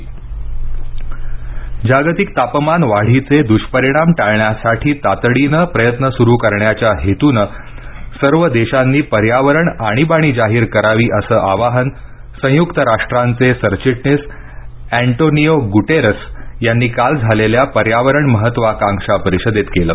पर्यावरण आणीबाणी जागतिक तापमान वाढीचे द्ष्परिणाम टाळण्यासाठी तातडीनं प्रयत्न सुरू करण्याच्या हेतूनं सर्व देशांनी पर्यावरण आणीबाणी जाहीर करावी असं आवाहन संयुक्त राष्ट्रांचे सरचिटणीस अँटोनिओ गुटेरेस यांनी काल झालेल्या पर्यावरण महत्वाकांक्षा परिषदेत केलं